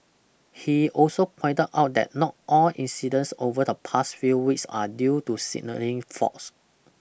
he also pointed out that not all incidents over the past few weeks are due to signalling faults